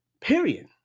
period